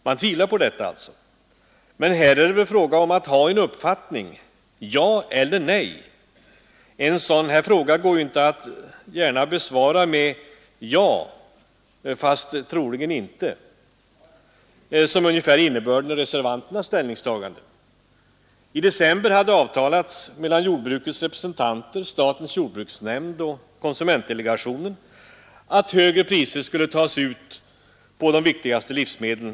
De tvivlar alltså på detta, men här är det väl fråga om att ha en uppfattning: ja eller nej. En sådan här fråga går ju inte gärna att besvara med ”ja, fast troligen inte”, som väl ungefär är innebörden av reservanternas ställningstaganden! I december hade avtalats mellan jordbrukets representanter, statens jordbruksnämnd och konsumentdelegationen att högre priser skulle tas ut på de viktigaste livsmedlen.